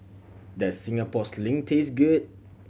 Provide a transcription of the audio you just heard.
does Singapore Sling taste good